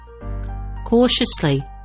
Cautiously